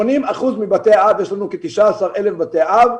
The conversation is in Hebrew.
ב-80 אחוזים מבתי האב, יש לנו כ-19,000 בתי אב,